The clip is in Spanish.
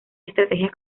estrategias